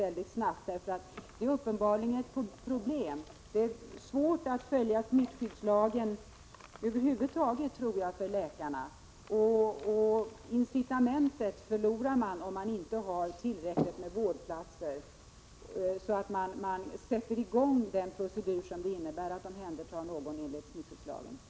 Det är svårt för läkarna att över huvud taget följa smittskyddslagen, och de förlorar incitamentet att sätta i gång den procedur som krävs för att omhänderta någon enligt smittskyddslagen, om antalet vårdplatser inte är tillräckligt.